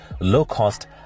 low-cost